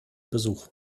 besuch